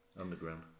underground